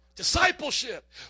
discipleship